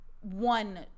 one